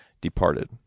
departed